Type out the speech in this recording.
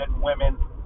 women